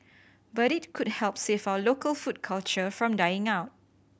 but it could help save our local food culture from dying out